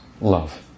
love